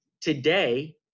today